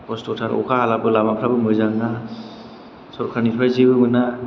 खस्थ'थार अखा हालाबो लामाफ्राबो मोजां नङा सरखारनिफ्राय जेबो मोना